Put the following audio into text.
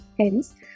Hence